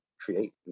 create